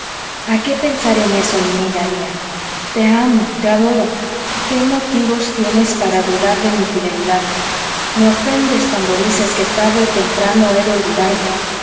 a qué pensar en eso linilla mía te amo te adoro qué motivos tienes para dudar de mi fidelidad me ofendes cuando dices que tarde o temprano he de olvidarte